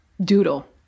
doodle